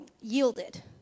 yielded